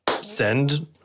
send